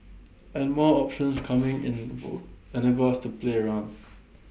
and more options coming in would enable us to play around